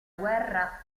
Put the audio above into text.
guerra